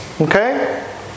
Okay